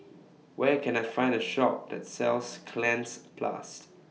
Where Can I Find A Shop that sells Cleanz Plus